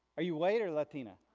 are you white or latina?